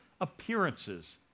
appearances